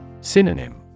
Synonym